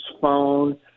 phone